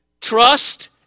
Trust